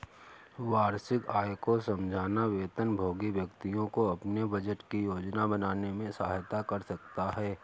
वार्षिक आय को समझना वेतनभोगी व्यक्तियों को अपने बजट की योजना बनाने में सहायता कर सकता है